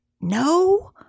No